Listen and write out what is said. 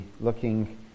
looking